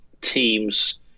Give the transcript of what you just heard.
teams